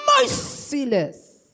merciless